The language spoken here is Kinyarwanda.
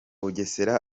bugesera